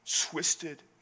twisted